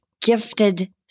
gifted